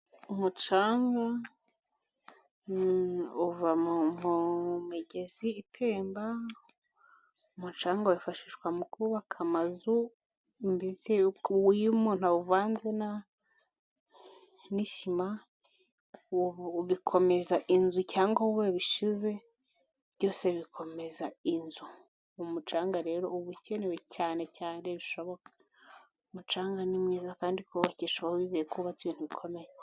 Umucanga uva mu migezi itemba. Umucanga wifashishwa mu kubaka amazu. Iyo umuntu awuvanze na sima bikomeza inzu cyangwa aho ubishize byose bikomeza inzu. Umucanga rero uba ukenewe cyane. Umucanga ni mwiza kandi kubakisha uba wizeye ko wubatse ibintu bikomeye.